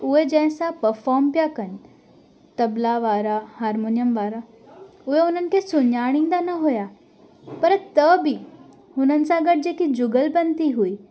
उए जंहिंसां पफॉम पिया कनि तबला वारा हारमोनियम वारो उहे उन्हनि खे सुञाणींदा न हुआ पर त बि हुननि सां गॾु जेके जुगलबंधी हुई